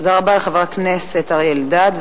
תודה רבה לחבר הכנסת אריה אלדד.